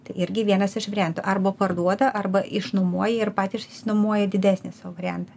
tai irgi vienas iš variantų arba parduoda arba išnuomoja ir patys išsinuomoja didesnį sau variantą